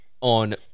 on